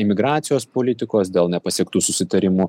imigracijos politikos dėl nepasiektų susitarimų